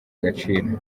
agaciro